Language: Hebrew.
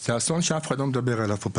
זה אסון שאף אחד לא מדבר עליו פה פשוט.